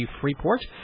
Freeport